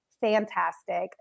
fantastic